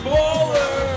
Baller